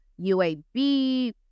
UAB